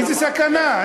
איזו סכנה?